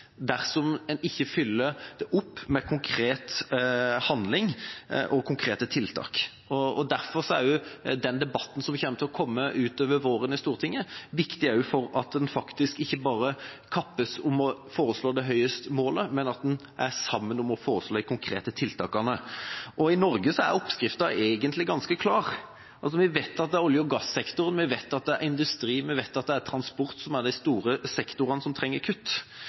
dersom en ikke fyller opp med konkret handling og konkrete tiltak. Derfor er den debatten som kommer til å komme utover våren i Stortinget, også viktig for at en faktisk ikke bare kappes om å foreslå det høyeste målet, men at en er sammen om å foreslå de konkrete tiltakene. I Norge er oppskriften egentlig ganske klar. Vi vet at det er olje- og gasssektoren, vi vet at det er industri, vi vet at det er transport som er de store sektorene som trenger kutt.